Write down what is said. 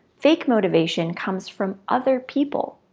fake motivation comes from other people,